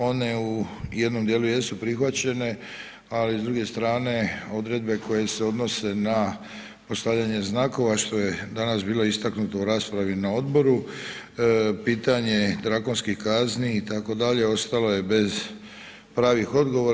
One u jednom dijelu jesu prihvaćene, ali s druge strane odredbe koje se odnose na postavljanje znakova što je danas bilo istaknuto u raspravi na odboru, pitanje drakonskih kazni itd., ostalo je bez pravih odgovora.